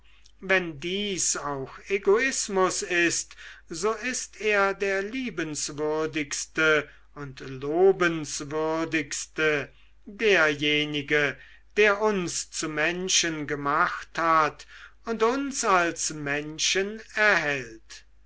wenn dies auch egoismus ist so ist er der liebenswürdigste und lobenswürdigste derjenige der uns zu menschen gemacht hat und uns als menschen erhält